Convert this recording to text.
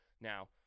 Now